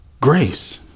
grace